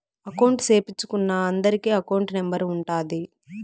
account సేపిచ్చుకున్నా అందరికి account number ఉంటాది